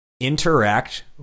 interact